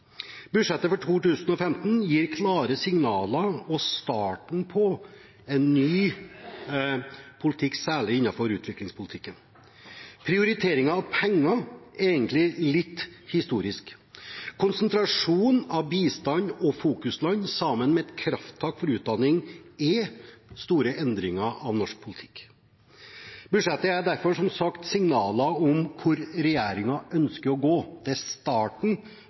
Budsjettet for 2015 gir klare signaler og er starten på en ny politikk, særlig innenfor utviklingspolitikken. Prioriteringen av penger er egentlig litt historisk. Konsentrasjon av bistand og fokusland, sammen med et krafttak for utdanning, er store endringer av norsk politikk. Budsjettet gir derfor, som sagt, signaler om hvor regjeringen ønsker å gå. Det er starten